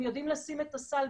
הם יודעים לשים את הסל,